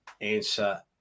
answer